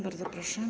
Bardzo proszę.